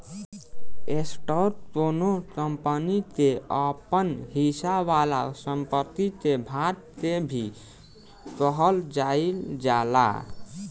stock कौनो company के आपन हिस्सा वाला संपत्ति के भाग के भी कहल जाइल जाला